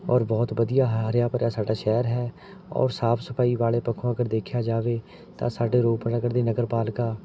ਔਰ ਬਹੁਤ ਵਧੀਆ ਹ ਹਰਿਆ ਭਰਿਆ ਸਾਡਾ ਸ਼ਹਿਰ ਹੈ ਔਰ ਸਾਫ਼ ਸਫ਼ਾਈ ਵਾਲੇ ਪੱਖੋਂ ਅਗਰ ਦੇਖਿਆ ਜਾਵੇ ਤਾਂ ਸਾਡੇ ਰੂਪਨਗਰ ਦੀ ਨਗਰਪਾਲਿਕਾ